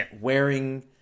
wearing